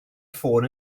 ffôn